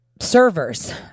servers